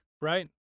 right